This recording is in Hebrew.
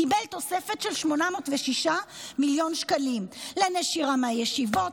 קיבל תוספת של 806 מיליון שקלים לנשירה מהישיבות,